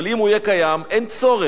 אבל אם הוא יהיה קיים, אין צורך.